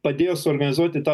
padėjo suorganizuoti tą